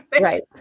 Right